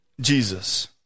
Jesus